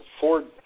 Ford